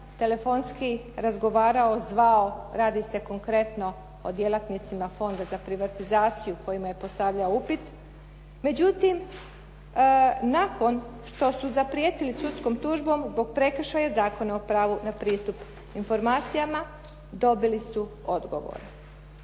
telefonski razgovarao, zvao, radi se konkretno o djelatnicima Fonda za privatizaciju kojima je postavljao upit, međutim nakon što su zaprijetili sudskom tužbom zbog prekršaja Zakona o pravu na pristup informacijama, dobili su odgovor.